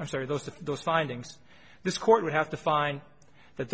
i say those to those findings this court would have to find that